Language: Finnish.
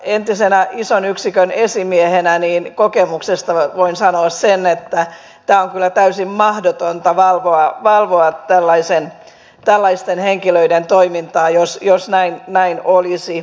entisenä ison yksikön esimiehenä voin kokemuksesta sanoa sen että on kyllä täysin mahdotonta valvoa tällaisten henkilöiden toimintaa jos näin olisi